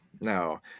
no